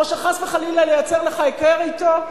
או שחס וחלילה ייצר לך קרע אתו?